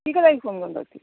के को लागि फोन गर्न भएको थियो